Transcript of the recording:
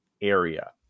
area